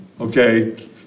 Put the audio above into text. okay